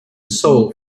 soul